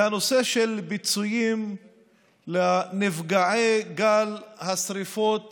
זה הנושא של פיצויים לנפגעי גל השרפות